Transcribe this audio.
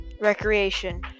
recreation